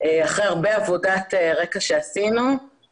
אחרי הרבה עבודת רקע שעשינו,